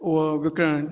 उहो विकिणणु